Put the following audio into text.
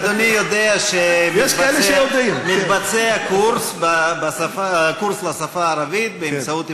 אדוני יודע שמתבצע קורס לשפה הערבית באמצעות,